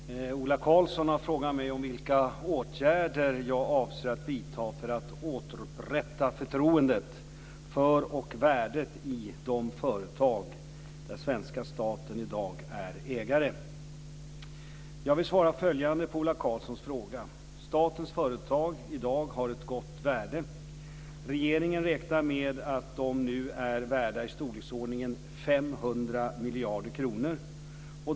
Fru talman! Ola Karlsson har frågat mig om vilka åtgärder jag avser att vidta för att återupprätta förtroendet för och värdet i de företag där svenska staten i dag är ägare. Jag vill svara följande på Ola Karlssons fråga. Statens företag har i dag ett gott värde. Regeringen räknar med att de nu är värda i storleksordningen 500 miljarder kronor.